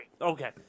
Okay